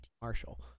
Marshall